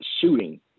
shooting